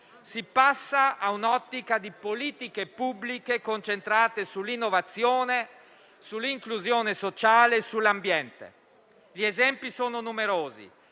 si passa a un'ottica di politiche pubbliche concentrate sull'innovazione, sull'inclusione sociale e sull'ambiente. Gli esempi sono numerosi: